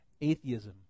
atheism